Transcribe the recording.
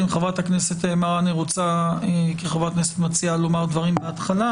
אלא אם חברת הכנסת מראענה רוצה כחברת כנסת מציעה לומר דברים בהתחלה